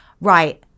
right